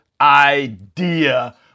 idea